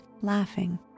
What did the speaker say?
laughing